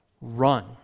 Run